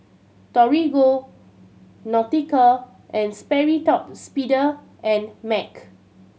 Torigo Nautica and Sperry Top and Mac